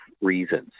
reasons